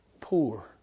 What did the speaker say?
poor